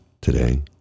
today